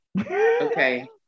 Okay